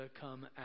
come